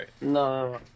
No